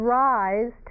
rise